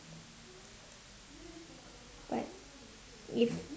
but if